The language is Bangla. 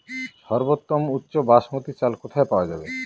সর্বোওম উচ্চ বাসমতী চাল কোথায় পওয়া যাবে?